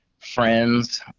Friends